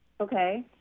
Okay